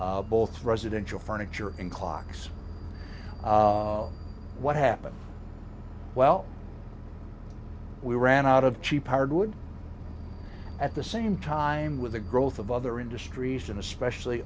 both residential furniture and clocks what happened well we ran out of cheap hard wood at the same time with the growth of other industries and especially